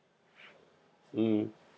mm